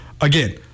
Again